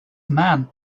man